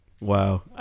Wow